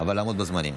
אבל לעמוד בזמנים.